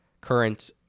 current